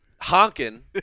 Honking